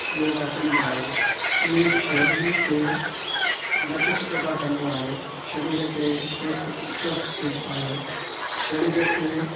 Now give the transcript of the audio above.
योग आसन बि आहे की शरीर खे लचक पैदा कंदो आहे शरीर खे स्वस्थ स्वस्थ थींदो आहे शरीर खे